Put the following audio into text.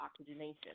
oxygenation